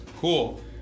Cool